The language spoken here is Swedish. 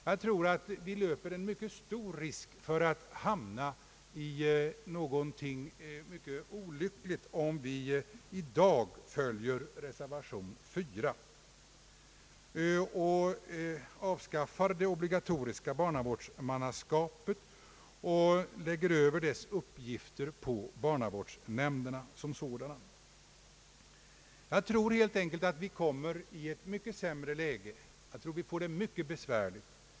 Jag tror vi löper en stor risk för att hamna i ett mycket olyckligt läge om vi i dag följer reservation 4 och avskaffar det obligatoriska barnavårdsmannaskapet för att lägga över dess uppgifter på barnavårdsnämnderna. Jag tror att vi då skul le komma att få det mycket besvärligt.